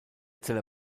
zeller